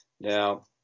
Now